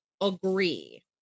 agree